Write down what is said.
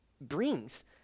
brings